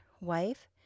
wife